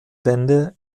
bände